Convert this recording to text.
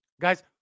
Guys